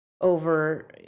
over